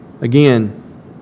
Again